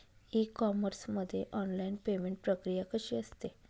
E commerce मध्ये online payment प्रक्रिया कशी असते?